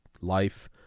life